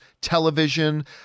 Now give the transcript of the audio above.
television